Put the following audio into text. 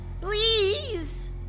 Please